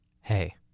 hey